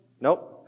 Nope